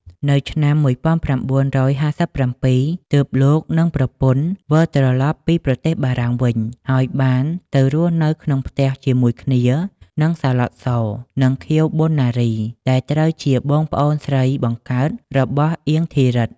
នៅឆ្នាំ១៩៥៧ ទើប លោកនិងប្រពន្ធ វិលត្រឡប់ពីប្រទេសបារាំងវិញ ហើយបានទៅរស់នៅក្នុងផ្ទះជាមួយគ្នានឹង សាឡុត ស និងខៀវ ប៉ុណ្ណារី ដែលត្រូវជាបងស្រីបង្កើតរបស់ អៀង ធីរិទ្ធិ។